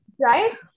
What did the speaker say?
right